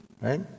Right